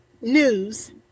news